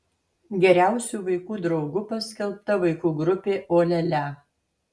geriausiu vaikų draugu paskelbta vaikų grupė o lia lia